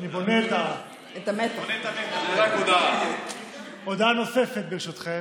הודעה נוספת, ברשותכם.